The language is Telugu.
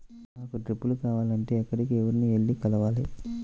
నాకు డ్రిప్లు కావాలి అంటే ఎక్కడికి, ఎవరిని వెళ్లి కలవాలి?